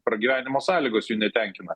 pragyvenimo sąlygos jų netenkina